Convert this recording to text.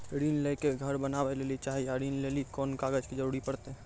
ऋण ले के घर बनावे लेली चाहे या ऋण लेली कोन कागज के जरूरी परतै?